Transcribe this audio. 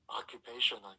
occupation